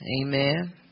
Amen